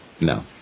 No